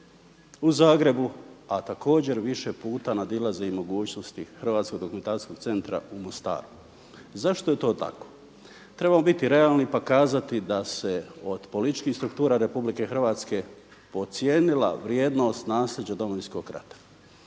u Zagrebu, a također više puta nadilaze i mogućnosti Hrvatsko dokumentacijskog centra u Mostaru. Zašto je to tako? Trebamo biti realni pa kazati da se od političkih struktura RH podcijenila vrijednost nasljeđa Domovinskog rata,